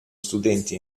studenti